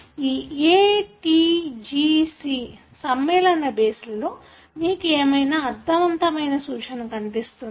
ఈ A T G C సమ్మేళన బేస్ల లో మీకు ఏమైనా అర్థవంతమైన సూచన కనిపిస్తోందా